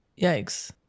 yikes